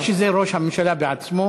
או שזה ראש הממשלה בעצמו,